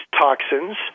toxins